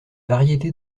variété